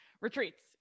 retreats